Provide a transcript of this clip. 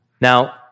Now